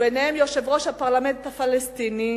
וביניהם יושב-ראש הפרלמנט הפלסטיני,